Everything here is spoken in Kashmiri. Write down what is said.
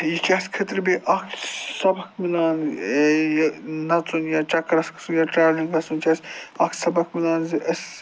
یہِ چھِ اَسہِ خٲطرٕ بیٚیہِ اَکھ سبَق مِلان یہِ نَژُن یا چَکرَس گژھُن یا ٹرٛیولِنٛگ گژھُن چھِ اَسہِ اَکھ سَبق مِلان زِ أسۍ